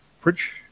Fridge